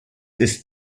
ist